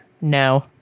No